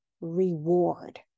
reward